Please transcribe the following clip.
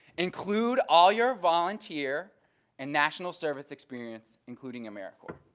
include all your volunteer and national service experience including americorps.